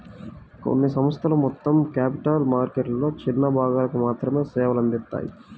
కొన్ని సంస్థలు మొత్తం క్యాపిటల్ మార్కెట్లలో చిన్న భాగాలకు మాత్రమే సేవలు అందిత్తాయి